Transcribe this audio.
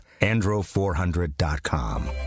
Andro400.com